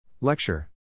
Lecture